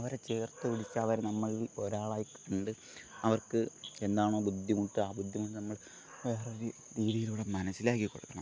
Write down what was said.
അവരെ ചേർത്തു പിടിച്ച് അവർ നമ്മളിൽ ഒരാളായി കണ്ടു അവർക്ക് എന്താണോ ബുദ്ധിമുട്ട് ആ ബുദ്ധിമുട്ട് നമ്മൾ വേറെ ഒരു രീതിയിലൂടെ മനസ്സിലാക്കി കൊടുക്കണം